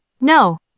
no